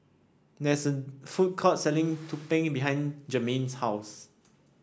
there is an food court selling Tumpeng behind Germaine's house